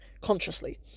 consciously